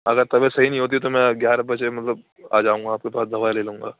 اگر طبیت صحیح نہیں ہوتی ہے تو میں گیارہ بجے مطلب آ جاؤں گا آپ کے پاس دواٮٔی لے لوں گا